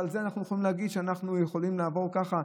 על זה אנחנו יכולים להגיד שאנחנו יכולים לעבור ככה?